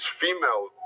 female